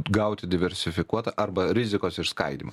gauti diversifikuotą arba rizikos išskaidymą